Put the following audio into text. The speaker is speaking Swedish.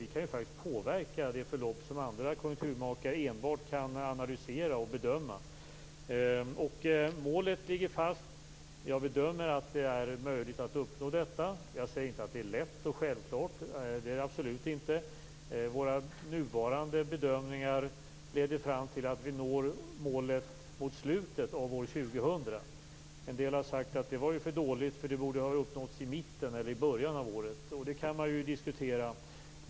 Vi kan ju faktiskt påverka det förlopp som andra konjunkturmakare enbart kan analysera och bedöma. Målet ligger fast. Jag bedömer att det är möjligt att uppnå detta. Jag säger inte att det är lätt och självklart. Det är det absolut inte. Våra nuvarande bedömningar leder fram till att vi når målet mot slutet av år 2000. En del har sagt att det är för dåligt. Det borde uppnås i mitten eller i början av året. Det kan man ju diskutera.